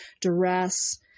duress